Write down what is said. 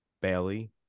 Bailey